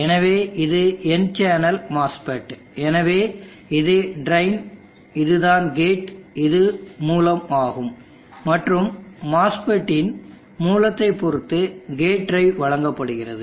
எனவே இது N channel MOSFET எனவே இது ட்ரெயின் இதுதான் கேட் இது மூலம் ஆகும் மற்றும் MOSFET இன் மூலத்தை பொறுத்து கேட் டிரைவ் வழங்கப்படுகிறது